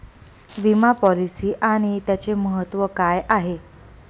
विमा पॉलिसी आणि त्याचे महत्व काय आहे?